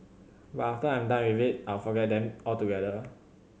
but after I'm done with it I'll forget them altogether